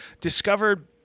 discovered